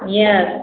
yes